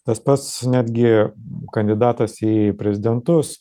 tas pats netgi kandidatas į prezidentus